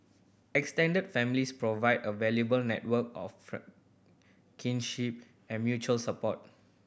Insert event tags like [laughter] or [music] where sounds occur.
extended families provide a valuable network of [unintelligible] kinship and mutual support